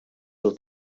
del